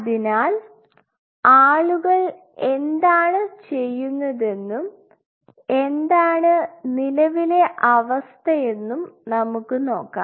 അതിനാൽ ആളുകൾ എന്താണ് ചെയ്യുന്നതെന്നും എന്താണ് നിലവിലെ അവസ്ഥ എന്നും നമുക്ക് നോക്കാം